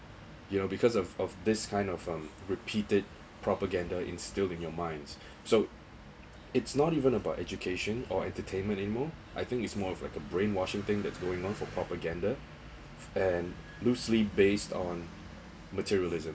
you know because of of this kind of um repeated propaganda instilled in your minds so it's not even about education or entertainment anymore I think it's more of like a brainwashing thing that's going on for propaganda and loosely based on materialism